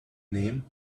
name